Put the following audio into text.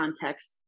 context